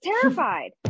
terrified